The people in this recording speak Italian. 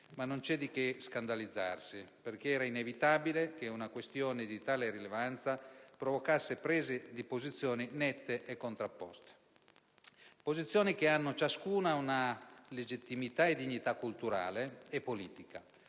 ma non c'è di che scandalizzarci perché era inevitabile che una questione di tale rilevanza provocasse prese di posizione nette e contrapposte. Posizioni che hanno ciascuna legittimità e dignità culturale e politica